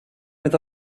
with